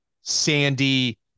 sandy